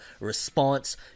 response